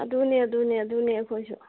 ꯑꯗꯨꯅꯦ ꯑꯗꯨꯅꯦ ꯑꯗꯨꯅꯦ ꯑꯩꯈꯣꯏꯁꯨ